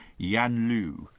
Yanlu